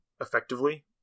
effectively